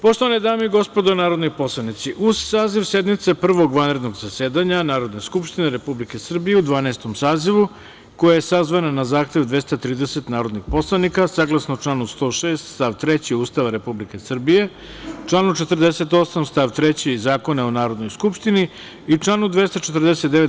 Poštovane dame i gospodo narodni poslanici, uz saziv sednice Prvog vanrednog zasedanja Narodne skupštine Republike Srbije u Dvanaestom sazivu, koja je sazvana na zahtev 230 narodnih poslanika, saglasno članu 106. stav 3. Ustava Republike Srbije, članu 48. stav 3. Zakona o Narodnoj skupštini i članu 249.